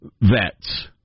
vets